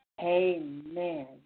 amen